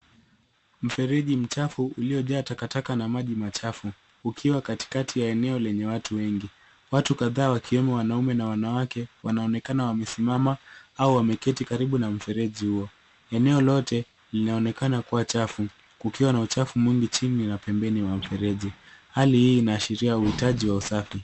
Mfereji mchafu, uliojaa takataka na maji machafu, ukiwa katikati ya eneo lenye watu wengi. Watu kadhaa wakiwemo wanaume, na wanawake, wanaonekana wamesimama, au wameketi karibu na mfereji huo. Eneo lote linaonekana kuwa chafu kukiwa na uchafu mwingi chini, na pembeni mwa mfereji. Hali hii inaashiria uhitaji wa usafi.